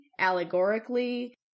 allegorically